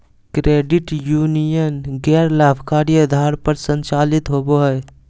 credit union गैर लाभकारी आधार पर संचालित होबो हइ